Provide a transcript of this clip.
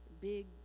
big